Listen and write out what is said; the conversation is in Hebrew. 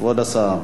כבוד השר.